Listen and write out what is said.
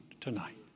tonight